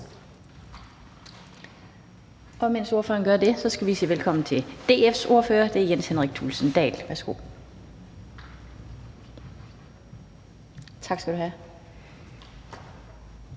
og mens ordføreren gør det, skal vi sige velkommen til DF's ordfører. Det er hr. Jens Henrik Thulesen Dahl. Værsgo. Kl.